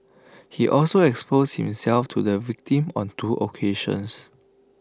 he also exposed himself to the victim on two occasions